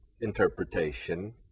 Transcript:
interpretation